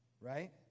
right